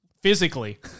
physically